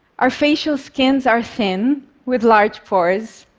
our facial skins are thin with large pores.